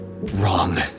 wrong